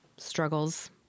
Struggles